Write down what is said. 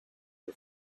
for